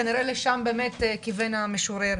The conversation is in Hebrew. כנראה לשם באמת כיוון המשורר.